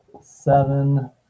seven